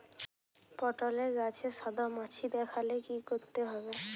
পটলে গাছে সাদা মাছি দেখালে কি করতে হবে?